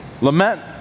Lament